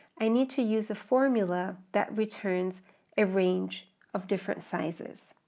i need to use a formula that returns a range of different sizes.